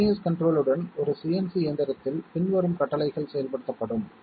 continuous control உடன் ஒரு CNC இயந்திரத்தில் பின்வரும் கட்டளைகள் செயல்படுத்தப்படும்